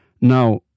Now